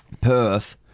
Perth